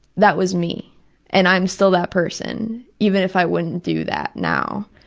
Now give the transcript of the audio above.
that was me and i'm still that person, even if i wouldn't do that now.